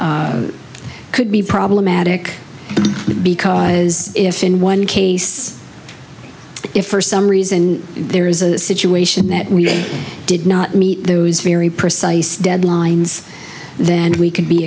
that could be problematic because if in one case if for some reason there is a situation that we did not meet those very precise deadlines then we could be